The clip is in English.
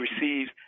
receives